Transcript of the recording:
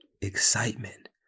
excitement